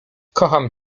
kocham